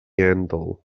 handle